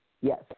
yes